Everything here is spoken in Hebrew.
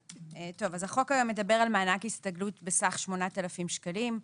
החוק היום מדבר על מענק הסתגלות בסך 8,000 שקלים.